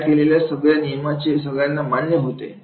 तयार केलेल्या सगळे नियम सगळ्यांना मान्य होते